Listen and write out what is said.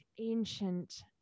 ancient